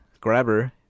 Grabber